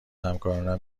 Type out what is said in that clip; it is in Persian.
همکارانم